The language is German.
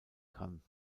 kann